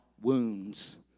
wounds